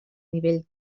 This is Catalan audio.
nivell